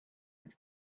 its